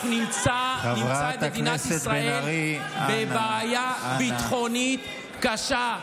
אנחנו נמצא את מדינת ישראל בבעיה ביטחונית קשה,